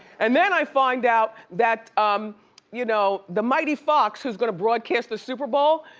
and then i find out that um you know the mighty fox, who's gonna broadcast the super bowl,